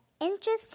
interesting